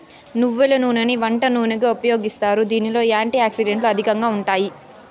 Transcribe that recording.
నువ్వుల నూనెని వంట నూనెగా ఉపయోగిస్తారు, దీనిలో యాంటీ ఆక్సిడెంట్లు అధికంగా ఉంటాయి